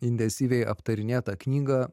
intensyviai aptarinėtą knygą